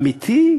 אמיתי,